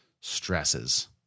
stresses